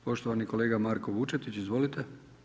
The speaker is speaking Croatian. Poštovani kolega Marko Vučetić, izvolite.